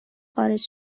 خارج